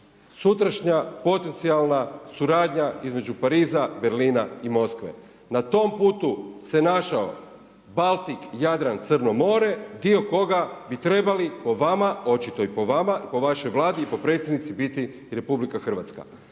sutrašnja potencijalna suradnja između Pariza, Berlina i Moskve. Na tom putu se našao Baltik, Jadran, Crno more dio koga bi trebali po vama, očito i po vama, po vašoj Vladi i po predsjednici biti i RH.